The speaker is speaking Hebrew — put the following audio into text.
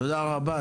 תודה רבה.